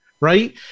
right